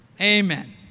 Amen